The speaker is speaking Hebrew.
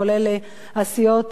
כולל הסיעות